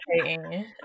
okay